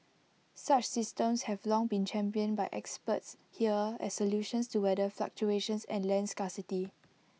such systems have long been championed by experts here as solutions to weather fluctuations and land scarcity